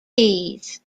teas